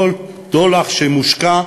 כל דולר שמושקע,